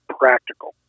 practical